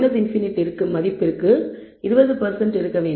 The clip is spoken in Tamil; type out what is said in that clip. மற்றும் ∞ ற்க்கு மதிப்பு 20 ஆக இருக்க வேண்டும்